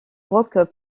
rock